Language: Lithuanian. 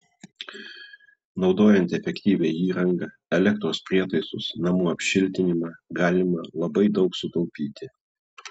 naudojant efektyvią įrangą elektros prietaisus namų apšiltinimą galima labai daug sutaupyti